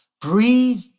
Breathe